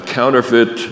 counterfeit